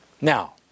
Now